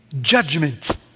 judgment